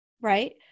right